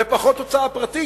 ופחות הוצאה פרטית,